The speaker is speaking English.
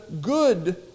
good